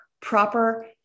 proper